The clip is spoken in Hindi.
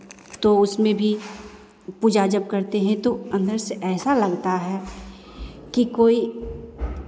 तो उसमें भी पूजा जब करते हें तो अंदर से ऐसा लगता है कि कोई